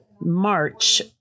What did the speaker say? March